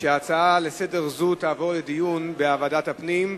שההצעה לסדר-היום תעבור לדיון בוועדת הפנים.